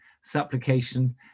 supplication